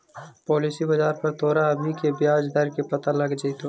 policy बाजार पर तोरा अभी के ब्याज दर के पता लग जाइतो